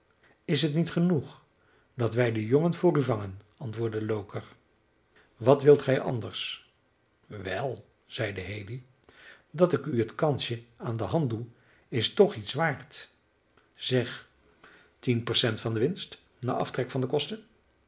is het niet genoeg dat wij den jongen voor u vangen antwoordde loker wat wilt gij anders wel zeide haley dat ik u het kansje aan de hand doe is toch iets waard zeg tien percent van de winst na aftrek van de kosten